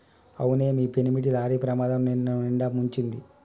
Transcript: అవునే మీ పెనిమిటి లారీ ప్రమాదం నిన్నునిండా ముంచింది